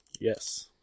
Yes